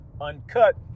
Uncut